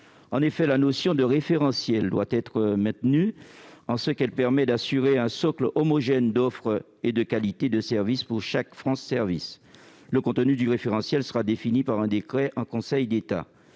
En effet, la notion de référentiel doit être maintenue en ce qu'elle permet d'assurer un socle homogène d'offre et de qualité de services pour chaque France Services. Le contenu du référentiel sera défini par un décret en Conseil d'État.